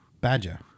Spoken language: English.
Badger